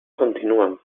continúan